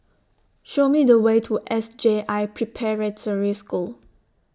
Show Me The Way to S J I Preparatory School